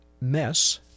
mess